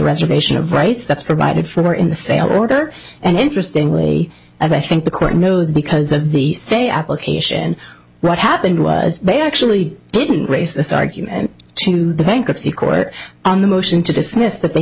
reservation of rights that's provided for in the sale order and interesting way of i think the court knows because of the stay application what happened was they actually didn't raise this argument to the bankruptcy court on the motion to dismiss that they